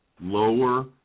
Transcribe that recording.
lower